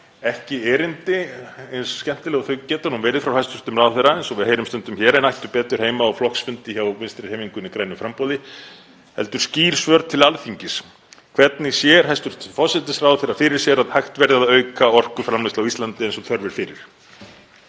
ekki erindi — eins skemmtileg og þau geta nú verið frá hæstv. ráðherra eins og við heyrum stundum hér en ættu betur heima á flokksfundi hjá Vinstrihreyfingunni – grænu framboði — heldur skýr svör til Alþingis. Hvernig sér hæstv. forsætisráðherra fyrir sér að hægt verði að auka orkuframleiðslu á Íslandi eins og þörf er fyrir?